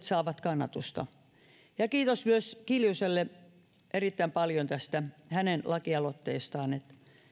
saavat kannatusta ja kiitos myös kiljuselle erittäin paljon tästä hänen lakialoitteestaan